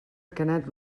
canet